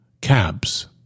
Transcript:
cabs